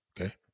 Okay